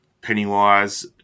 Pennywise